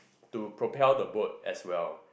to propel the boat as well